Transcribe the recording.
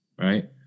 right